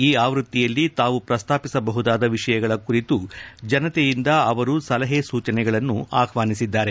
ಈ ಆವೃತ್ತಿಯಲ್ಲಿ ತಾವು ಪ್ರಸ್ತಾಪಿಸಬಹುದಾದ ವಿಷಯಗಳ ಕುರಿತು ಜನತೆಯಿಂದ ಅವರು ಸಲಹೆ ಸೂಚನೆಗಳನ್ನು ಆಹ್ವಾನಿಸಿದ್ದಾರೆ